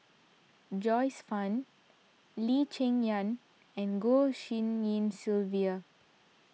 Joyce Fan Lee Cheng Yan and Goh Tshin En Sylvia